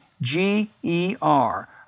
G-E-R